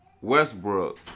Westbrook